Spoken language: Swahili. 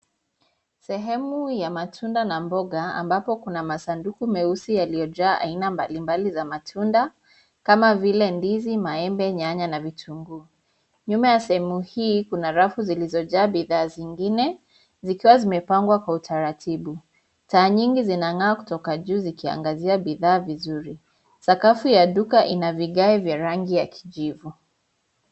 Sehemu ya matunda na mboga ambapo kuna masanduku nyeusi yaliyojaa aina mbali mbali ya matunda kama vile ndizi, maembe nyanya na vitunguu. Nyuma ya sehemu hii kuna rafu zilizojaa bidhaa zingine zikiwa zimepangwa kwa utaratibu. Taa nyingi zimeng'aa kutoka juu zikiangazia bidhaa vizuri. Sakafu ya duka ina vigae vya rangi ya kijivu.